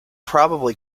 probably